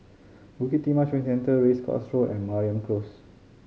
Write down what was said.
Bukit Timah Shopping Centre Race Course Road and Mariam Close